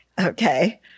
okay